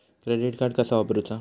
Credit card कसा वापरूचा?